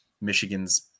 Michigan's